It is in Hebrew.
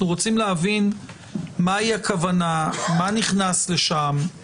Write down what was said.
רוצים להבין מהי הכוונה ומה נכנס לשם.